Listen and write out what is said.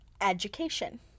education